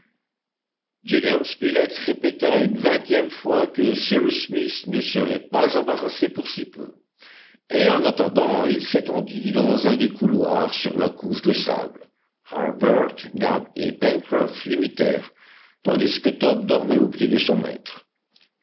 gédéon spilett répéta une vingtième fois que cyrus smith ne serait pas embarrassé pour si peu et en attendant il s'étendit dans un des couloirs sur la couche de sable harbert nab et pencroff l'imitèrent tandis que top dormait aux pieds de son maître